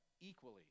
equally